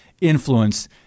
influence